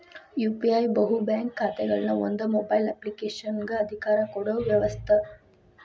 UPI ಬಹು bank ಖಾತೆಗಳನ್ನ ಒಂದ ಮೊಬೈಲ್ ಅಪ್ಲಿಕೇಶನಗ ಅಧಿಕಾರ ಕೊಡೊ ವ್ಯವಸ್ತ